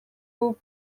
күп